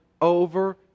over